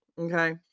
Okay